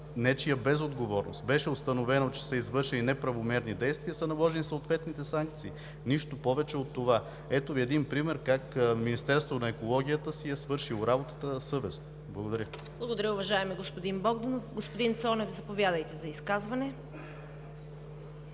нечия безотговорност. Беше установено, че са извършени неправомерни действия и са наложени съответните санкции. Нищо повече от това. Ето Ви един пример как Министерството на екологията си е свършило работата съвестно. Благодаря. ПРЕДСЕДАТЕЛ ЦВЕТА КАРАЯНЧЕВА: Благодаря, уважаеми господин Богданов. Господин Цонев, заповядайте за изказване.